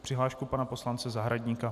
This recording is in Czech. Přihlášku pana poslance Zahradníka.